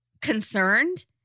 concerned